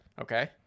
Okay